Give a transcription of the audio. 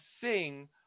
sing